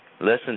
Listen